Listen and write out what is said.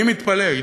אני מתפלא,